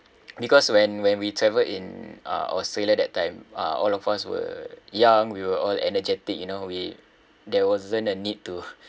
because when when we traveled in uh Australia that time uh all of us were young we were all energetic you know we there wasn't a need to